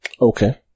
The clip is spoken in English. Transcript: Okay